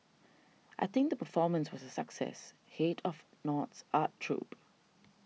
I think the performance was a success head of the North's art troupe